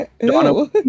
Donna